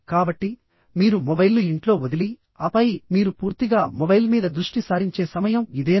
కాబట్టి మీరు మొబైల్ను ఇంట్లో వదిలి ఆపై మీరు పూర్తిగా మొబైల్ మీద దృష్టి సారించే సమయం ఇదేనా